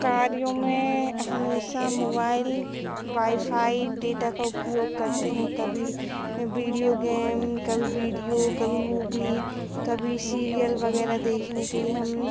कार्यों में हमेशा मोवाइल वाईफ़ाई डेटा का उपयोग करते हैं कभी बीडियो गेम कभी बीडियो कभी मूबी कभी सीरियल वग़ैरह देखने के लिए हम